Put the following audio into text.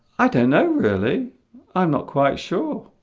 i don't know really i'm not quite sure